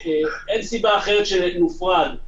אין סיבה אחרת שנופרד.